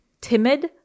timid